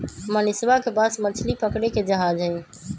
मनीषवा के पास मछली पकड़े के जहाज हई